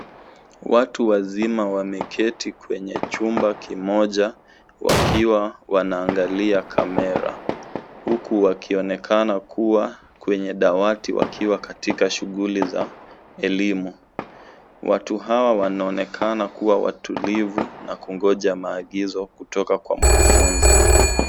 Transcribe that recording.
Watu wasima wameketi kwenye chumba kimoja wakiwa wanaangalia kamera huku wakionekana kuwa kwenye dawati wakiwa katika shughuli za elimu. Watu hawa wanaonekana kuwa watulivu na kungoja maagizo kutoka kwa mkufunzi.